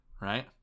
right